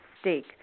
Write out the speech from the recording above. stake